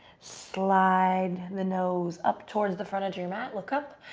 slide and the nose up towards the front of your mat, look up,